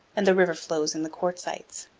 and the river flows in the quartzites.